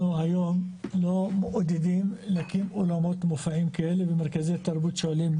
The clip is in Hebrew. אנחנו היום לא מעודדים להקים אולמות מופעים כאלה במרכזי תרבות שונים.